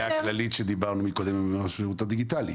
העיקרית שדיברנו מקודם על השירות הדיגיטלי,